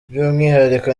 by’umwihariko